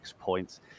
points